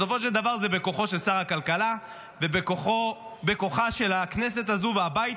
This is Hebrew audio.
בסופו של דבר זה בכוחו של שר הכלכלה ובכוחה שלה הכנסת הזו והבית